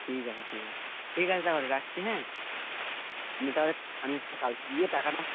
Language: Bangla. ঠিক আছে ঠিক আছে ঠিক আছে তাহলে রাখছি হ্যাঁ আমি তাহলে আমি কালকে গিয়ে টাকাটা